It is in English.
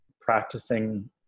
practicing